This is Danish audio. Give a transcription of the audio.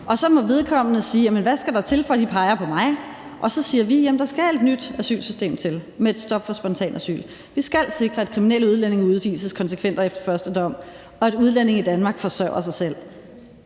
Og så må vedkommende sige: Jamen hvad skal der til, for at I peger på mig? Og så siger vi: Jamen der skal et nyt asylsystem til med et stop for spontanasyl; vi skal sikre, at kriminelle udlændinge udvises konsekvent og efter første dom.; og vi skal sikre, at udlændinge i Danmark forsørger sig selv.